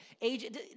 age